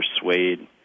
persuade